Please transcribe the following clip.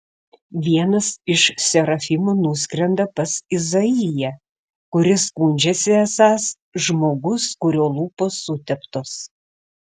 vienas iš serafimų nuskrenda pas izaiją kuris skundžiasi esąs žmogus kurio lūpos suteptos